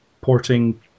porting